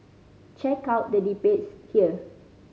check out the debates here